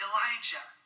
Elijah